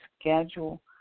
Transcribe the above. schedule